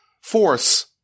force